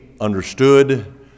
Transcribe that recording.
understood